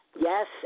Yes